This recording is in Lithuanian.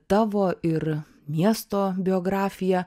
tavo ir miesto biografija